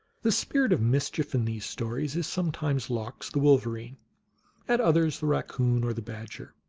the spirit of mischief in these stories is sometimes lox, the wolverine at others the raccoon, or the badger.